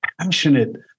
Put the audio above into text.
passionate